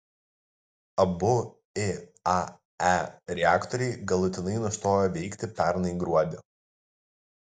abu iae reaktoriai galutinai nustojo veikti pernai gruodį